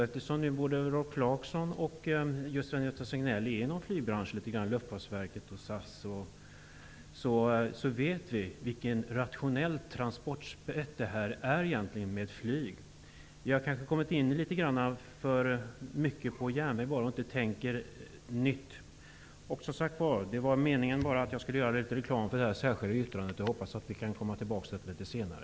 Eftersom både Rolf Clarkson och Sven-Gösta Signell är i flygbranschen -- Luftfartsverket och SAS -- vet vi vilket rationellt transportsätt flyget är. Vi har kanske kommit in för mycket på järnväg och låter kanske därför bli att tänka i nya banor. Det var meningen att jag skulle göra reklam för detta särskilda yttrande. Jag hoppas att vi kan komma tillbaks till det litet senare.